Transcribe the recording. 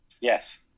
Yes